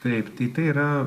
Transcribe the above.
taip tai tai yra